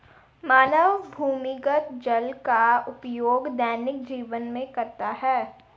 मानव भूमिगत जल का उपयोग दैनिक जीवन में करता है